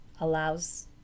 allows